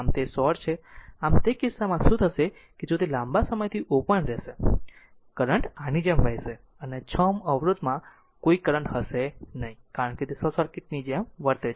આમ તે કિસ્સામાં શું થશે કે જો તે લાંબા સમય સુધી ઓપન રહેશે કરંટ આની જેમ વહેશે અને 6 Ω અવરોધમાં કોઈ કરંટ હશે નહીં કારણ કે તે શોર્ટ સર્કિટ ની જેમ વર્તે છે